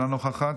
אינה נוכחת,